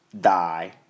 die